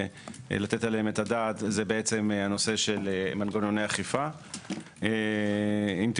הרחבת התחולה של החוק המקורי ולדייק אותו כך שיחול,